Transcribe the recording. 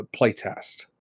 playtest